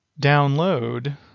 download